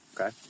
Okay